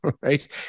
right